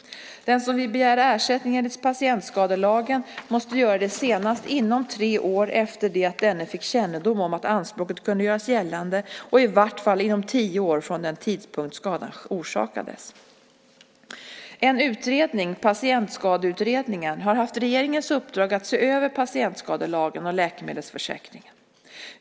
Den som vill begära ersättning enligt patientskadelagen måste göra det senast inom tre år efter det att denne fick kännedom om att anspråket kunde göras gällande och i vart fall inom tio år från den tidpunkt skadan orsakades. En utredning - Patientskadeutredningen - har haft regeringens uppdrag att se över patientskadelagen och läkemedelsförsäkringen.